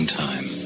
time